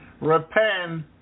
repent